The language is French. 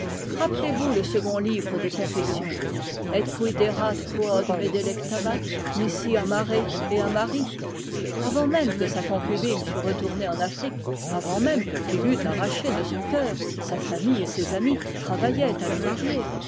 rappelezvous le second livre des confessions et quid erat quod me delectabat nisi amare et amari avant même que sa concubine fût retournée en afrique avant même qu'il l'eût arrachée de son cœur sa famille et ses amis travaillaient à le marier